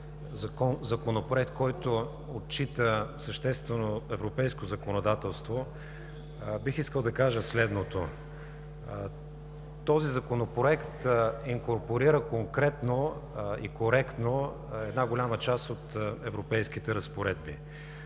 законопроект, който отчита съществено европейско законодателство, бих искал да кажа следното. Този Законопроект инкорпорира конкретно и коректно една голяма част от европейските разпоредби.